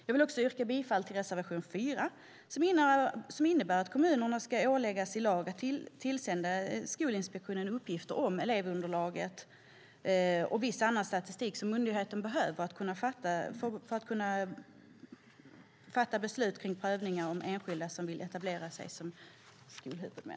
Jag vill också yrka bifall till reservation 4, som innebär att kommunerna ska åläggas i lag att tillsända Skolinspektionen uppgifter om elevunderlag och viss annan statistik som myndigheten behöver för att kunna fatta beslut om prövningar av enskilda som vill etablera sig som skolhuvudmän.